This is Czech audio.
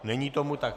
Není tomu tak.